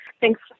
Thanks